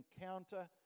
encounter